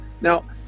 Now